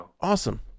awesome